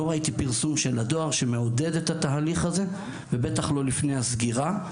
לא ראיתי פרסום של הדואר שמעודד את התהליך הזה ובטח לא לפני הסגירה.